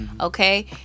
okay